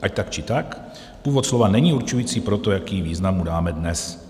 Ať tak či onak, původ slova není určující pro to, jaký význam mu dáme dnes.